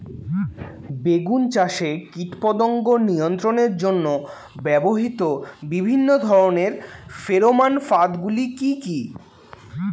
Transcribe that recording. বেগুন চাষে কীটপতঙ্গ নিয়ন্ত্রণের জন্য ব্যবহৃত বিভিন্ন ধরনের ফেরোমান ফাঁদ গুলি কি কি?